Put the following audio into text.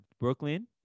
Brooklyn